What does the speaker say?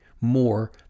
more